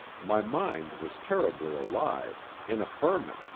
my mind was terribly alive, in a ferment